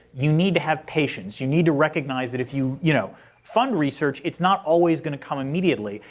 you need to have patience. you need to recognize that if you you know fund research, it's not always going to come immediately.